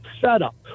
setup